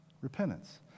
Repentance